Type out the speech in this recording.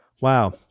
Wow